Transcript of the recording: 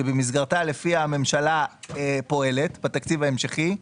שבמסגרתה לפיה הממשלה פועלת בתקציב ההמשכי,